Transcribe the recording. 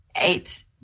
Eight